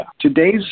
today's